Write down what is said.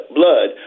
blood